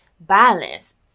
balance